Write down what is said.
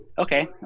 Okay